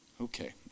Okay